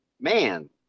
Man